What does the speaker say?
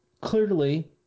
clearly